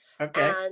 okay